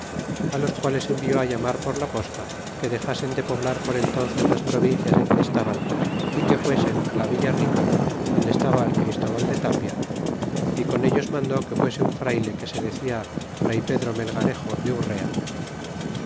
los quales envió llamar por la posta que dexasen de poblar por entnces las provincias en que estaban e que fuesen la villa rica donde estaba el christebal de tapia y con ellos mandó que fuese un frayle que se decia fray pedro melgarejo de urrea